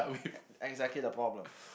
ex~ exactly the problem